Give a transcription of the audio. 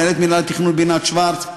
מנהלת מינהל התכנון בינת שוורץ.